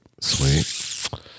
sweet